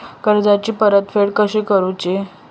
कर्जाची परतफेड कशी करुची?